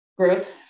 Growth